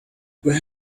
where